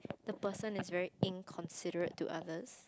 the person is very inconsiderate to others